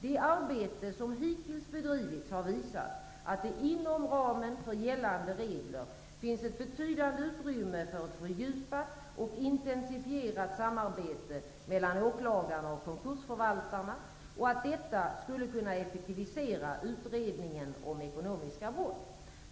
Det arbete som hittills bedrivits har visat, att det inom ramen för gällande regler finns ett betydande utrymme för ett fördjupat och intensifierat samarbete mellan åklagarna och konkursförvaltarna och att detta skulle kunna effektivisera utredningen av ekonomiska brott.